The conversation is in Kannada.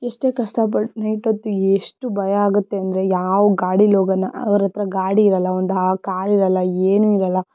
ಎಷ್ಟೇ ಕಷ್ಟ ಬಟ್ ನೈಟ್ ಹೊತ್ತು ಎಷ್ಟು ಭಯ ಆಗುತ್ತೆ ಅಂದರೆ ಯಾವ ಗಾಡಿಯಲ್ಲಿ ಹೋಗೋಣ ಅವರ ಹತ್ರ ಗಾಡಿ ಇರಲ್ಲ ಒಂದು ಕಾರ್ ಇರಲ್ಲ ಏನೂ ಇರಲ್ಲ